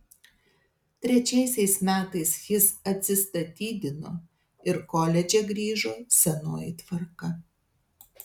trečiaisiais metais jis atsistatydino ir koledže grįžo senoji tvarka